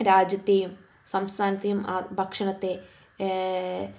രാജ്യത്തെയും സംസ്ഥാനത്തെയും ആ ഭക്ഷണത്തെ